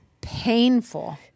painful